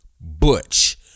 Butch